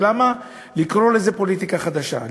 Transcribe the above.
למה לקרוא לזה פוליטיקה חדשה?